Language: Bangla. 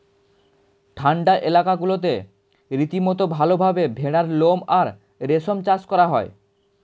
ঠান্ডা এলাকাগুলোতে রীতিমতো ভালভাবে ভেড়ার লোম আর রেশম চাষ করা হয়